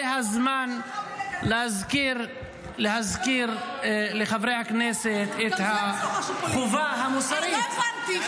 זה הזמן להזכיר לחברי הכנסת את ----- אני לא הבנתי,